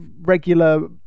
regular